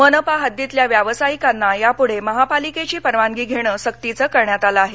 मनपा हद्दीतल्या व्यवसायिकांना यापूढे महापालिकेची परवानगी घेणं सक्तीचं करण्यात आलं आहे